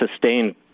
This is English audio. sustained